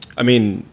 i mean,